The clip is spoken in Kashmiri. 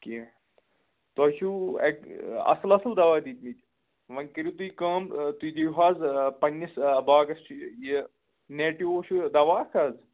کینٛہہ تۄہہِ چھُ اَکہِ اَصٕل اَصٕل دَوا دَوا دِتمٕتۍ وۄنۍ کٔرِو تُہۍ کٲم تُہۍ دِیِو حظ پنٛنِس باغس یہِ نیٹِو چھُ دَوا حظ